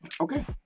Okay